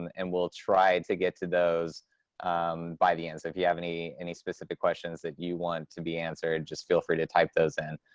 and we'll try to get to those by the end. so if you have any any specific questions that you want to be answered, just feel free to type those in.